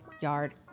Yard